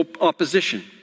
opposition